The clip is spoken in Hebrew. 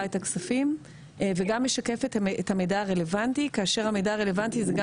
את הכספים וגם משקפת את המידע הרלוונטי כאשר המידע הרלוונטי זה גם